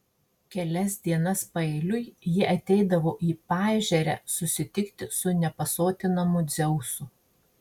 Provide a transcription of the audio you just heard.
kelias dienas paeiliui ji ateidavo į paežerę susitikti su nepasotinamu dzeusu